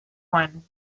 one